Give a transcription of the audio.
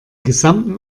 gesamten